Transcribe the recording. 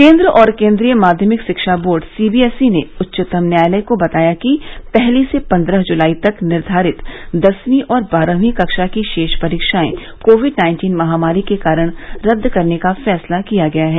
केन्द्र और केन्द्रीय माध्यमिक शिक्षा बोर्ड सीबीएसई ने उच्चतम न्यायालय को बताया कि पहली से पन्द्रह जुलाई तक निर्धारित दसवीं और बारहवीं कक्षा की शेष परीक्षाए कोविड नाइन्टीन महामारी के कारण रद्द करने का फैसला किया है